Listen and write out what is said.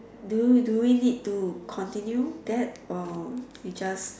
do do we need to continue that or we just